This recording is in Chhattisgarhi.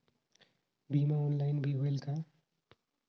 बीमा ऑनलाइन भी होयल का?